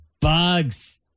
Bugs